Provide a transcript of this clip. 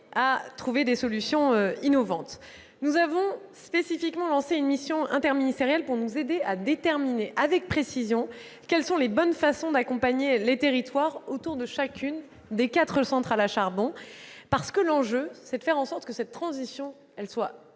et je vous en remercie. Nous avons spécifiquement lancé une mission interministérielle pour nous aider à déterminer avec précision quelles sont les bonnes façons d'accompagner les territoires autour de chacune des quatre centrales à charbon, l'enjeu étant de faire en sorte que cette transition soit